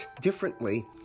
differently